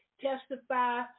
testify